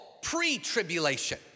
Pre-tribulation